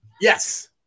Yes